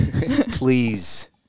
please